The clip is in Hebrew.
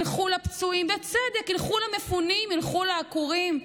ילכו לפצועים, בצדק, ילכו למפונים, ילכו לעקורים.